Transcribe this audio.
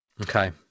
Okay